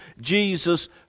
Jesus